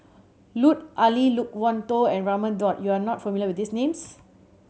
Lut Ali Loke Wan Tho and Raman Daud you are not familiar with these names